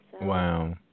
Wow